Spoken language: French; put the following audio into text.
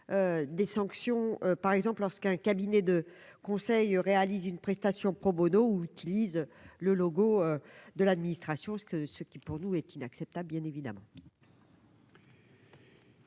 des sanctions par exemple lorsqu'un cabinet de conseil réalise une prestation pro Bono ou le logo de l'administration, ce que, ce qui pour nous est inacceptable bien évidemment.